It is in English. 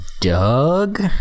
Doug